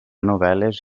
novel·les